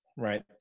Right